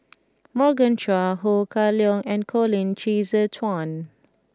Morgan Chua Ho Kah Leong and Colin Qi Zhe Quan